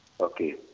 Okay